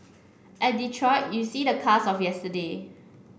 at Detroit you see the cars of yesterday